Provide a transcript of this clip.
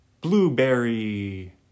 blueberry